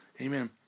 Amen